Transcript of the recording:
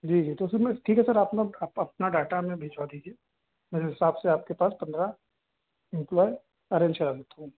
जी जी तो फिर मैं ठीक है सर आप ना अप अपना डाटा हमें भिजवा दीजिए उस हिसाब से आपके पास पन्द्रह इम्प्लॉय अरेन्ज करा देता हूँ